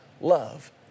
love